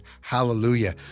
Hallelujah